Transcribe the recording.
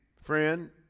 friend